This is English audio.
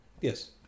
yes